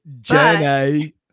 Jenny